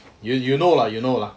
you you know lah you know lah